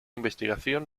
investigación